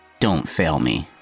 don't fail me.